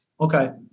okay